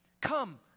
come